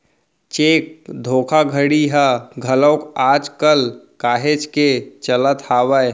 cheque धोखाघड़ी ह घलोक आज कल काहेच के चलत हावय